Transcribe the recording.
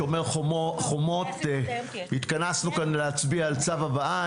שומר חומות התכנסנו כאן להצביע על צו הבאה.